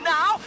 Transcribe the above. Now